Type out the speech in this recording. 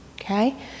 okay